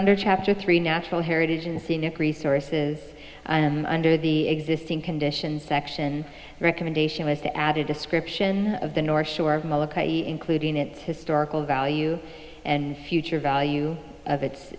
under chapter three natural heritage and scenic resources under the existing conditions section recommendation with the added description of the north shore including it historical value and future value of its